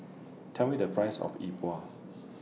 Tell Me The Price of Yi Bua